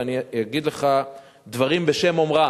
ואני אגיד לך דברים בשם אומרם,